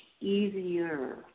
easier